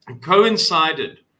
coincided